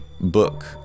book